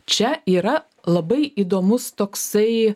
čia yra labai įdomus toksai